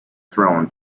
throne